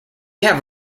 have